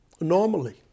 normally